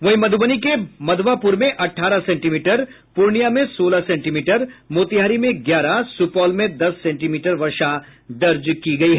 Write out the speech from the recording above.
वहीं मध्रबनी के मधवापुर में अठारह सेंटीमीटर पूर्णियां में सोलह सेंटीमीटर मोतिहारी में ग्यारह सुपौल में दस सेंटीमीटर वर्षा दर्ज की गयी